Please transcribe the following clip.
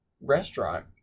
restaurant